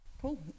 cool